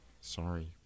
Sorry